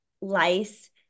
lice